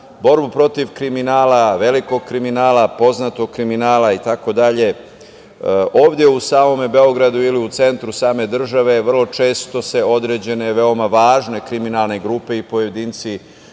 borbu protiv kriminala, velikog kriminala, poznatog kriminala, itd. ovde u samom Beogradu ili u centru same države, vrlo često se određene veoma važne kriminalne grupe i pojedinci